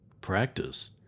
Practice